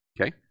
okay